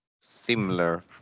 similar